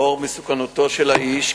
לאור מסוכנותו של האיש,